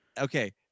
Okay